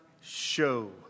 show